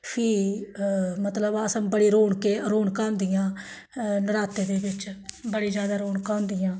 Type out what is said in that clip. फ्ही मतलब अस बड़ी रौनकें रौनकां होंदियां नरातें दे बिच्च बड़ी जादा रौनकां होंदियां